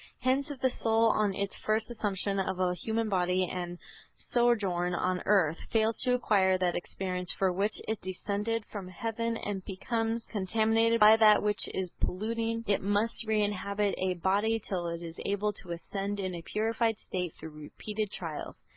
hence if the soul, on its first assumption of a human body and sojourn on earth, fails to acquire that experience for which it descended from heaven and becomes contaminated by that which is polluting, it must reinhabit a body till it is able to ascend in a purified state through repeated trials.